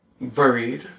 buried